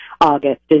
August